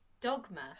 Dogma